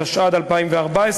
התשע"ד 2014,